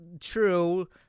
True